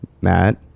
Matt